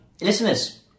listeners